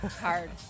Hard